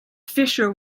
fissure